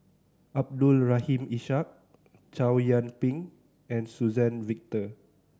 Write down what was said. Abdul Rahim Ishak Chow Yian Ping and Suzann Victor